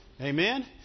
Amen